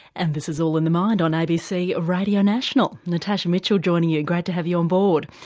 and this is all in the mind on abc ah radio national, natasha mitchell joining you, great to have you on board.